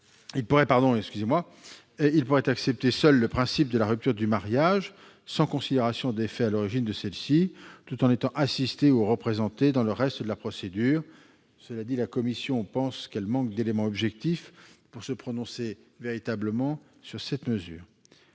seulement accepter le principe de la rupture du mariage sans considération des faits à l'origine de celle-ci, tout en étant assistés ou représentés dans le reste de la procédure. Cela dit, la commission pense qu'elle manque d'éléments objectifs pour se prononcer véritablement sur cette mesure.